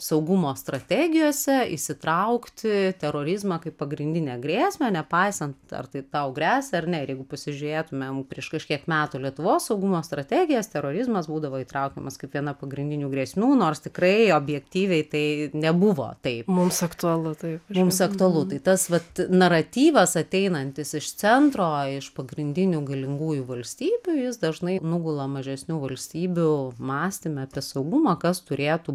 saugumo strategijose įsitraukti terorizmą kaip pagrindinę grėsmę nepaisant ar tai tau gresia ar ne ir jeigu pasižiūrėtumėm prieš kažkiek metų lietuvos saugumo strategijas terorizmas būdavo įtraukiamas kaip viena pagrindinių grėsmių nors tikrai objektyviai tai nebuvo tai mums aktualu taip mums aktualu tai tas vat naratyvas ateinantis iš centro iš pagrindinių galingųjų valstybių jis dažnai nugula mažesnių valstybių mąstyme apie saugumą kas turėtų